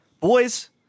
Boys